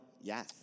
Yes